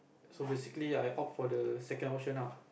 so basically I opt for the second option ah